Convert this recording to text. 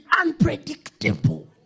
unpredictable